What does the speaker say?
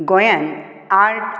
गोयांत आर्टस